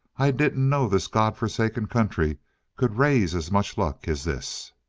i didn't know this god-forsaken country could raise as much luck as this!